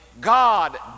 God